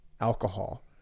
alcohol